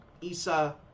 Isa